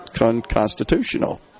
unconstitutional